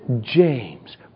James